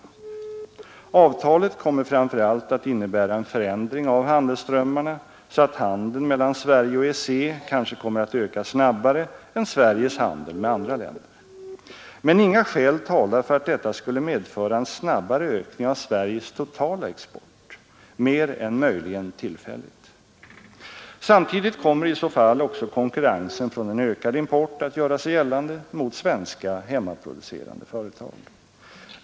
Avtalet kommer framför allt att innebära en förändring av handelsströmmarna så att handeln mellan Sverige och EEC kanske kommer att öka snabbare än Sveriges handel med andra länder. Men inga skäl talar för att detta skulle medför en snabbare ökning av Sveriges totala export — mer än möjligen tillfälligt. Samtidigt kommer i så fall också konkurrensen från en ökad import att göra sig gällande mot svenska hemmaproducerande företag.